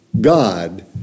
God